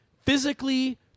physically